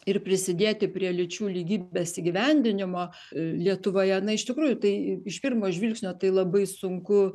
ir prisidėti prie lyčių lygybės įgyvendinimo lietuvoje na iš tikrųjų tai iš pirmo žvilgsnio tai labai sunku